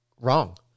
wrong